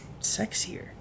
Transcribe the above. sexier